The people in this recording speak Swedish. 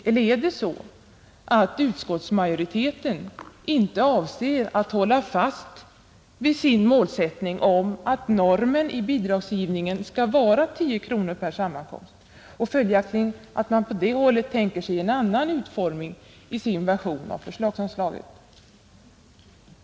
Eller är det så, att utskottsmajoriteten inte avser att hålla fast vid sin målsättning att normen i bidragsgivningen skall vara 10 kronor per sammankomst, och följaktligen i sin version tänker sig en annan utformning av förslagsanslaget?